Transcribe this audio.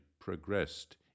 progressed